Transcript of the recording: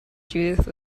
judith